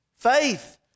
Faith